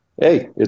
hey